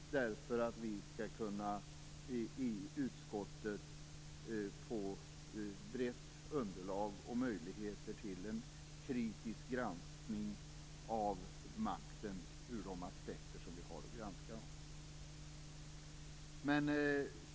Vi i utskottet måste få ett brett underlag och möjligheter att göra en kritisk granskning av makten ur de aspekter som vi har att granska den.